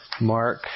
mark